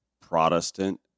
Protestant